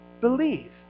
believe